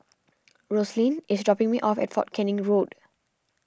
Roslyn is dropping me off at fort Canning Road